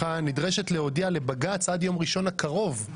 נדרשת להודיע לבג"ץ עד יום ראשון הקרוב,